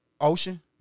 Ocean